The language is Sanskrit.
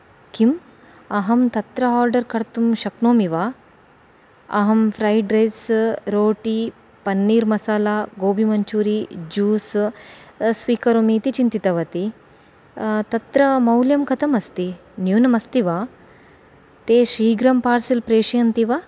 किम् अहं तत्र ओर्डर् कर्तुं शक्नोमि वा अहं फ्रै़ड् रैस् रोटि पन्नीर् मसाला गोबिमञ्चूरि जूस् स्वीकरोमि इति चिन्तितवती तत्र मौल्यं कथमस्ति न्यूनमस्ति वा ते शीघ्रं पार्सल् प्रेषयन्ति वा